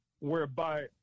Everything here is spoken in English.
whereby